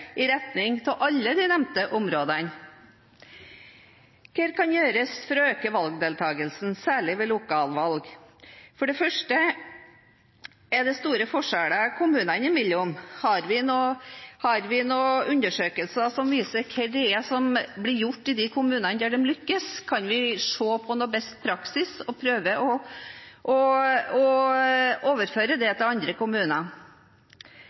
i en slik retning på alle de nevnte områdene. Hva kan gjøres for å øke valgdeltakelsen, særlig ved lokalvalg? For det første er det store forskjeller kommunene imellom. Har vi noen undersøkelser som viser hva som blir gjort i de kommunene der de lykkes? Kan vi se på beste praksis og prøve å overføre det til andre kommuner?